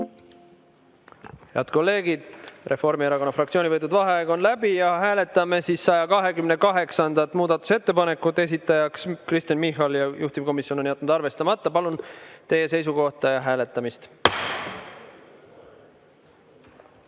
Head kolleegid, Reformierakonna fraktsiooni võetud vaheaeg on läbi. Hääletame 128. muudatusettepanekut, esitaja on Kristen Michal ja juhtivkomisjon on jätnud arvestamata. Palun teie seisukohta ja hääletamist!